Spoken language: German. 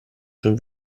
schon